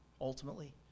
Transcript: Ultimately